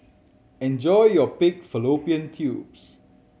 enjoy your pig fallopian tubes